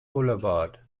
boulevard